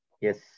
Yes